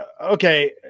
okay